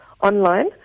online